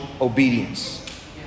obedience